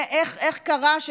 איך קרה,